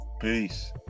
Peace